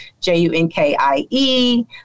J-U-N-K-I-E